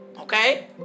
okay